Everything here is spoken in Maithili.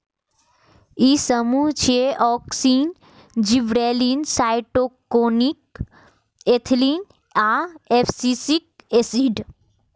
ई समूह छियै, ऑक्सिन, जिबरेलिन, साइटोकिनिन, एथिलीन आ एब्सिसिक एसिड